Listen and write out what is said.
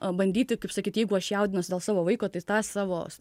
bandyti kaip sakyt jeigu aš jaudinuosi dėl savo vaiko tai tą savo